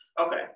Okay